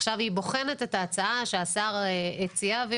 עכשיו היא בוחנת את ההצעה שהשר הציע והיא